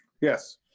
Yes